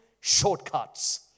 shortcuts